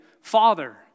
Father